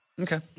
Okay